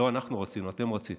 לא אנחנו רצינו, אתם רציתם,